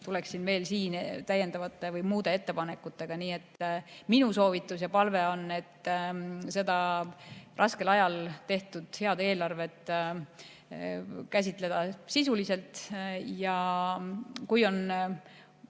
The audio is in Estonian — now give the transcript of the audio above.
tuleksin veel välja täiendavate või muude ettepanekutega. Nii et minu soovitus ja palve on käsitleda seda raskel ajal tehtud head eelarvet sisuliselt. Kui on